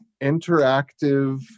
interactive